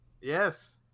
Yes